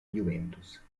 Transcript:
juventus